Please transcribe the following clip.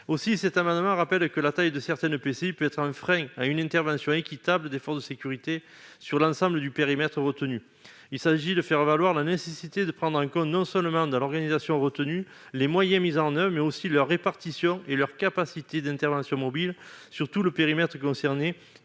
Aussi cet amendement vise-t-il à rappeler que la taille de certains EPCI peut être un frein à une intervention équitable des forces de sécurité sur l'ensemble du périmètre retenu. Il s'agit de faire valoir la nécessité de prendre en compte dans l'organisation retenue non seulement les moyens mis en oeuvre, mais aussi leur répartition et leur capacité d'intervention mobile sur tout le périmètre concerné,